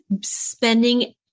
spending